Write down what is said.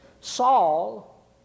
Saul